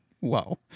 Wow